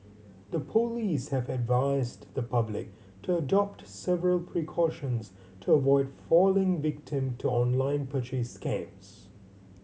the police have advised the public to adopt several precautions to avoid falling victim to online purchase scams